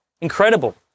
Incredible